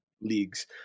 leagues